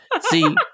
See